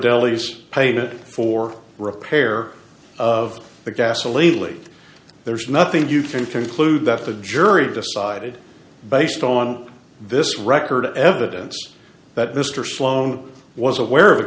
deli's paid for repair of the gas a legally there's nothing you can conclude that the jury decided based on this record evidence that mr sloan was aware of